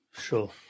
Sure